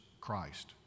Christ